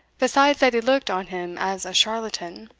besides that he looked on him as a charlatan,